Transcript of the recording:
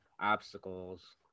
obstacles